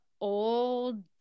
old